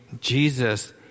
Jesus